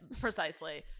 precisely